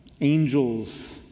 angels